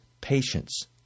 patience